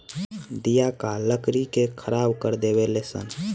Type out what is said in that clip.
दियाका लकड़ी के खराब कर देवे ले सन